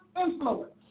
influence